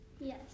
Yes